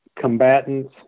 combatants